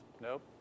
Nope